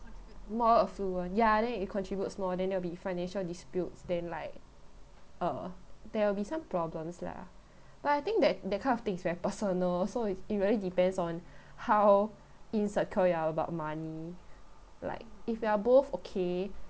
more affluent ya then it contributes more then there'll be financial disputes then like err there will be some problems lah but I think that that kind of thing's very personal so it's it really depends on how insecure you're about money like if you are both okay